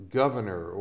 governor